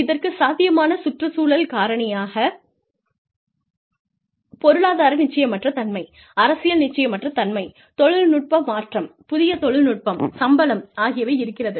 இதற்குச் சாத்தியமான சுற்றுச்சூழல் காரணிகளாக பொருளாதார நிச்சயமற்ற தன்மை அரசியல் நிச்சயமற்ற தன்மை தொழில்நுட்ப மாற்றம் புதிய தொழில்நுட்பம் சம்பளம் ஆகியவை இருக்கிறது